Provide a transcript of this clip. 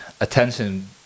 attention